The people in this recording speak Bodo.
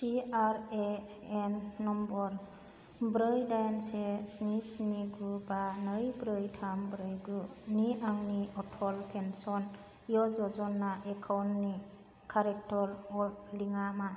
P R A N number ब्रै दाइन से स्नि स्नि गु बा नै ब्रै थाम ब्रै गु नि आंनि अटल पेन्सन य'जना एकाउन्टनि कारेन्ट हल्डिं आ मा